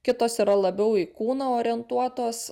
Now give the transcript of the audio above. kitos yra labiau į kūną orientuotos